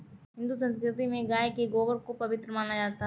हिंदू संस्कृति में गाय के गोबर को पवित्र माना जाता है